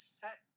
set